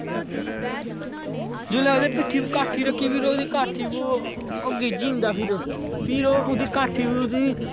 जिसले ओहदी पिट्ठी उपर काठी रक्खी फिर ओहदी काठी गिज्झी जंदा ओह् फिर फिर ओहदे काठी ओहदी